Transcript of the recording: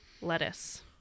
Lettuce